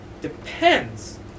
depends